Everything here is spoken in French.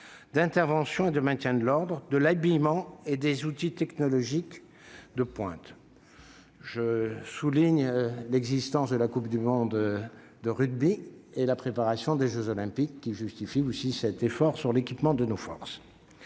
d'intervention et de maintien de l'ordre, de l'habillement et des outils technologiques de pointe. La tenue de la Coupe du monde de rugby en 2023 et la préparation des jeux Olympiques de 2024 justifient cet effort sur l'équipement de nos forces.